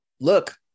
look